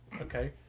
Okay